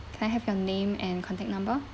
can I have your name and contact number